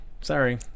Sorry